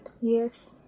Yes